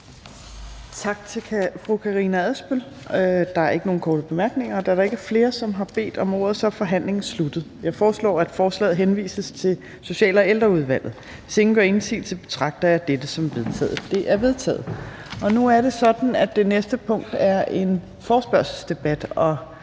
Tak til fru Karina Adsbøl. Der er ikke nogen korte bemærkninger. Da der ikke er flere, som har bedt om ordet, er forhandlingen sluttet. Jeg foreslår, at forslaget henvises til Social- og Ældreudvalget. Hvis ingen gør indsigelse, betragter jeg dette som vedtaget. Det er vedtaget. Nu er det sådan, at det næste punkt er en forespørgselsdebat, og